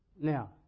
Now